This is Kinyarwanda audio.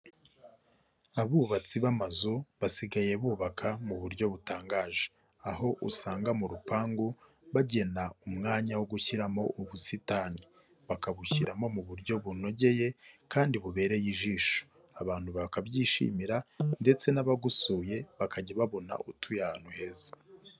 Abubatsi b'amazu basigaye bubaka mu buryo butangaje aho usanga mu rupangu bagena umwanya wo gushyiramo ubusitani bakabushyiramo mu buryo bunogeye kandi bubereye ijisho, abantu bakabyishimira ndetse n'abagusuye bakajya babona utuye ahantu heza.